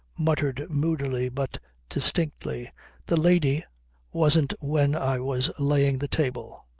muttered moodily but distinctly the lady wasn't when i was laying the table.